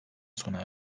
sona